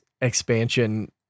expansion